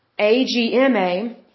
AGMA